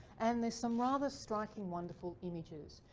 and there's some rather striking wonderful images.